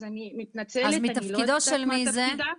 אז אני מתנצלת --- אז מתפקידו של מי זה?